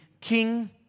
king